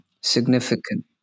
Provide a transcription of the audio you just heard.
Significant